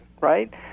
right